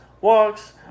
walks